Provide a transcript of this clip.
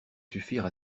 suffire